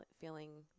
feeling